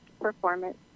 Performance